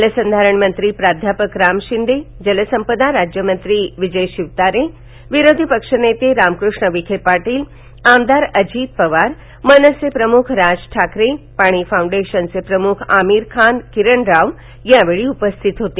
जलसंघारण मंत्री प्राध्यापक राम शिंदे जलसंपदा राज्यमंत्री विजय शिवतारे विरोधी पक्ष नेते राधाकृष्ण विखे पाटील आमदार अजित पवार मनसे प्रमुख राज ठाकरे पाणी फाऊंडेशनचे प्रमुख थामीर खान किरण राव यावेळी उपस्थित होते